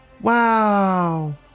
Wow